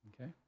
Okay